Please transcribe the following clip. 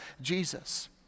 Jesus